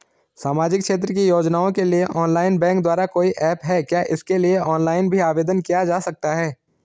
सामाजिक क्षेत्र की योजनाओं के लिए ऑनलाइन बैंक द्वारा कोई ऐप है क्या इसके लिए ऑनलाइन भी आवेदन किया जा सकता है?